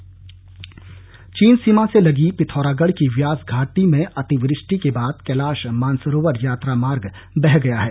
भूस्खलन चीन सीमा से लगी पिथौरागढ़ की व्यास घाटी में अतिवृष्टि के बाद कैलाश मानसरोवर यात्रा मार्ग बह गया है